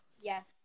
yes